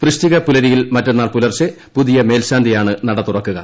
വൃശ്ചിക പുലരിയിൽ മറ്റന്നാൾ പുലർച്ചെ പുതിയ മേൽശാന്തിയാണ് നട തുറക്കുക